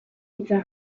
hitza